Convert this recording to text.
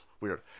weird